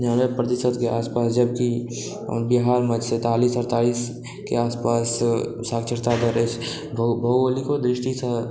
निनानबे प्रतिशतके आस पास जब कि बिहारमे सैंतालिस अड़तालिसके आस पास साक्षरता दर अछि भौ भौगोलिको दृष्टि से